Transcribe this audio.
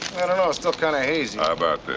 i don't know still kinda hazy. how about this?